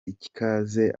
ikaze